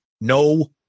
No